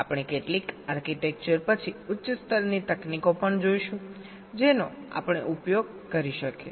આપણે કેટલીક આર્કિટેક્ચર પછી ઉચ્ચ સ્તરની તકનીકો પણ જોઈશું જેનો આપણે ઉપયોગ કરી શકીએ